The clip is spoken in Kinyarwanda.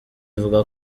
ivuga